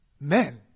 men